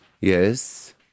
Yes